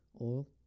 oil